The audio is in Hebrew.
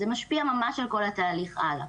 זה משפיע ממש על כל התהליך הלאה.